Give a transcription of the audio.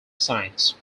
science